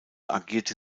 agierte